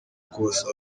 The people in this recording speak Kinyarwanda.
kubasaba